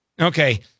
okay